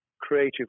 creative